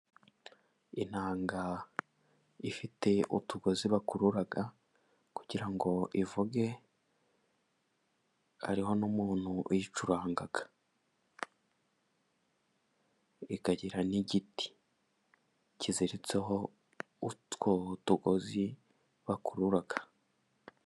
Inanga ifite utugozi bakurura kugira ngo ivuge, hariho n'umuntu uyicuranga. Ikagira n'igiti kiziritseho utwo tugozi bakurura.